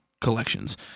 collections